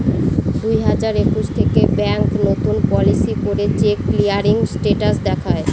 দুই হাজার একুশ থেকে ব্যাঙ্ক নতুন পলিসি করে চেক ক্লিয়ারিং স্টেটাস দেখায়